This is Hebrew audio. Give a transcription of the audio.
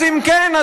אז אם כן,